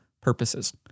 purposes